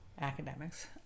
academics